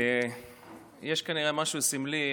יש כנראה משהו סמלי,